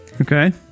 Okay